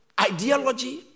ideology